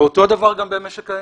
ואותו דבר גם במשק האנרגיה.